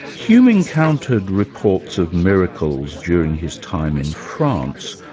hume encountered reports of miracles during his time in france.